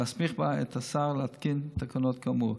ולהסמיך בה את השר להתקין תקנות כאמור.